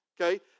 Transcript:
Okay